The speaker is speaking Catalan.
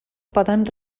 poden